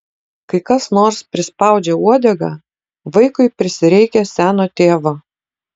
kai kas nors prispaudžia uodegą vaikui prisireikia seno tėvo